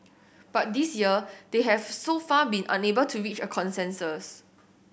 but this year they have so far been unable to reach a consensus